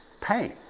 Pain